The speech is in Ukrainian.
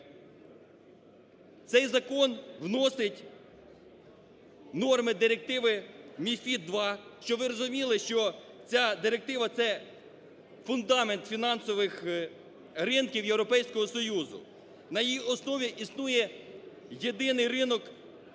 Цей закон вносить норми Директиви MiFID 2, щоб ви розуміли, що ця директива, це фундамент фінансових ринків Європейського Союзу. На її основі існує єдиний ринок